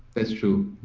that's true